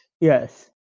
Yes